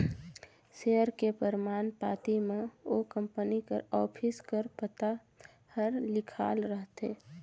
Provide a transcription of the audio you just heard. share के परमान पाती म ओ कंपनी कर ऑफिस कर पता हर लिखाल रहथे